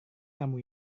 kamu